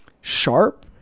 sharp